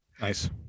Nice